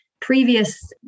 previous